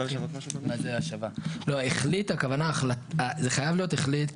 זה חייב להיות החליט,